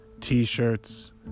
t-shirts